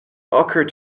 occur